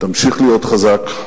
תמשיך להיות חזק.